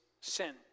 sin